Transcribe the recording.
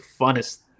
funnest